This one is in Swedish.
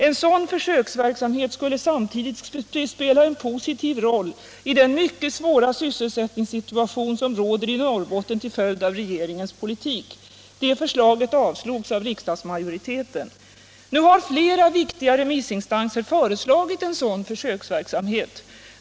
En sådan försöksverksamhet skulle samtidigt spela en positiv roll i den mycket svåra sysselsättningssituation som råder i Norrbotten till följd av regeringens politik. Det förslaget avslogs av riksdagsmajoriteten. Nu har flera viktiga remissinstanser föreslagit en sådan försöksverksamhet.